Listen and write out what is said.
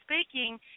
speaking